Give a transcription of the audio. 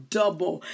double